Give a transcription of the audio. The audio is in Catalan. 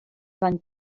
van